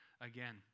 again